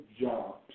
job